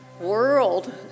world